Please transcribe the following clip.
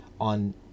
on